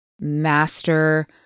master